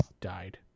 died